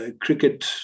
cricket